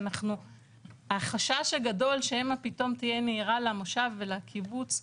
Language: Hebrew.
החשש הגדולה שמא פתאום תהיה נהירה למושב, לקיבוץ,